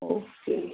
okay